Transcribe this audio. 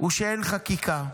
הוא שאין חקיקה,